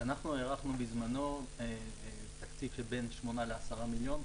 אנחנו הערכנו בזמנו תקציב של בין שמונה לעשרה מיליון,